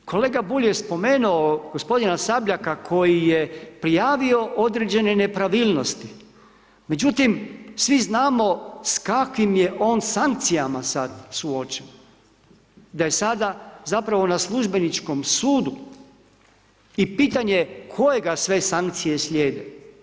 I kolega Bulj je spomenuo gospodina Sabljaka koji je prijavio određene nepravilnosti, međutim svi znamo s kakvim je on sankcijama sad suočen, da je sada zapravo na službeničkom sudu i pitanje je koje ga sve sankcije slijede.